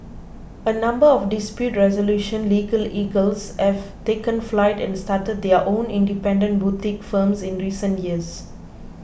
a number of dispute resolution legal eagles have taken flight and started their own independent boutique firms in recent years